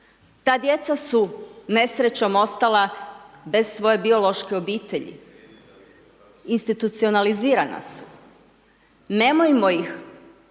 ta djeca su nesrećom ostala bez svoje biološke obitelji, institucionalizirana su, nemojmo ih